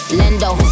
lendo